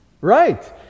Right